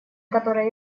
которая